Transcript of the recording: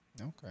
Okay